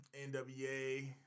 NWA